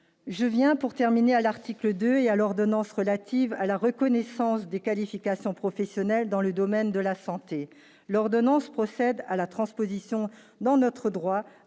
je viens pour terminer à l'article 2 et à l'ordonnance relative à la reconnaissance des qualifications professionnelles dans le domaine de la santé, l'ordonnance procède à la transposition dans notre droit